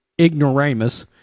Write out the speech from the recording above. ignoramus